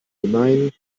hinein